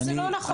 אבל זה לא נכון.